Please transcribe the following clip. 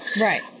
Right